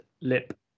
lip